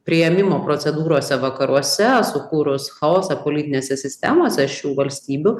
priėmimo procedūrose vakaruose sukūrus chaosą politinėse sistemose šių valstybių